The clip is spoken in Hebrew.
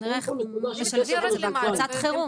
אבל בואו נראה איך משלבים את זה בהקפצת חירום.